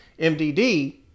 MDD